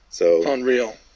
Unreal